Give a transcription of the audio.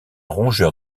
rongeur